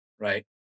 right